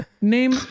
Name